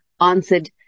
answered